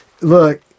Look